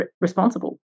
responsible